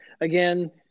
again